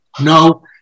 no